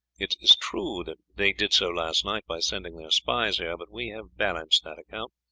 it is true that they did so last night by sending their spies here, but we have balanced that account.